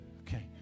Okay